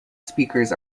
speakers